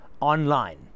online